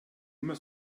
immer